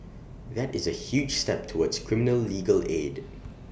that is A huge step towards criminal legal aid